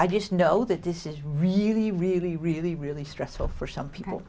i just know that this is really really really really stressful for some people